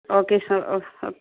okay sir ഓഹ് ഓഹ്